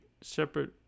separate